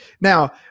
Now